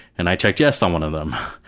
and i checked yes on one of them.